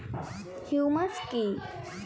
Humus কি?